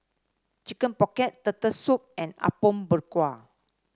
Chicken Pocket Turtle Soup and Apom Berkuah